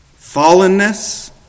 fallenness